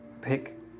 pick